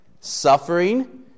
Suffering